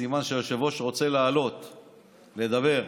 סימן שהיושב-ראש רוצה לעלות לדבר,